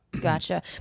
Gotcha